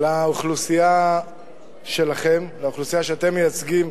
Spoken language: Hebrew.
לאוכלוסייה שלכם, לאוכלוסייה שאתם מייצגים,